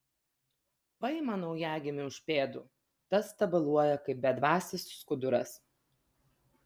paima naujagimį už pėdų tas tabaluoja kaip bedvasis skuduras